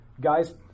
Guys